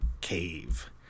cave